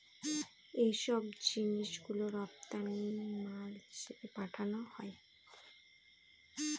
এইসব জিনিস গুলো রপ্তানি মাল হিসেবে পাঠানো হয়